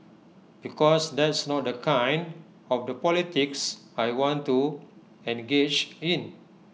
because that's not the kind of the politics I want to engage in